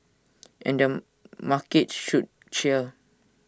and the markets should cheer